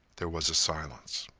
there was a silence.